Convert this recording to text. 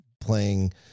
playing